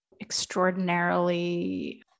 extraordinarily